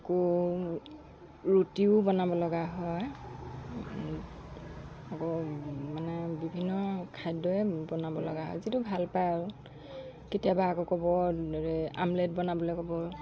আকৌ ৰুটিও বনাব লগা হয় আকৌ মানে বিভিন্ন খাদ্যই বনাব লগা যিটো ভাল পায় আৰু কেতিয়াবা আকৌ ক'ব আমলেট বনাবলৈ ক'ব